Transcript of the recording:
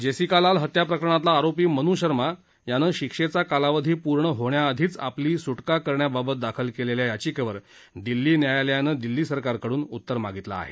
Jessica Lal हत्या प्रकरणातला आरोपी मन् शर्मा यानं शिक्षेचा कालावधी पूर्ण होण्याआधीच आपली स्टका करण्याबाबत दाखल केलेल्या याचिकेवर दिल्ली न्यायालयानं दिल्ली सरकारकडून उत्तर मागितलं आहे